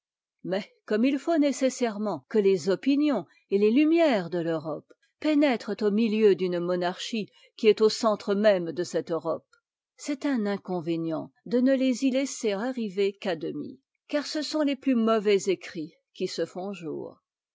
mais comme il faut nécessairement que les opinions et tes lumières de l'europe pénè trent au milieu d'une monarchie qui est au centre même de cette europe c'est un inconvénient de ne les y laisser arriver qu'à demi car ce sont les plus mauvais écrits qui se font jour